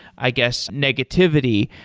i guess, negativity.